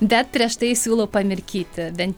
bet prieš tai siūlau pamirkyti bent